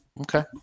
Okay